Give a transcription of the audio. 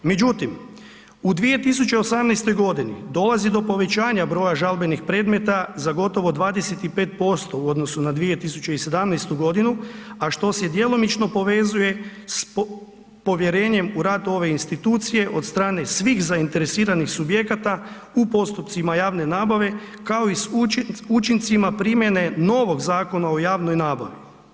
Međutim u 2018. g. dolazi do povećanja broja žalbenih predmeta za gotovo 25% u odnosu na 2017. g. a što se djelomično povezuje s povjerenjem u rad ove institucije od strane svih zainteresiranih subjekata u postupcima javne nabave kao i s učincima primjene novog Zakona o javnoj nabavi.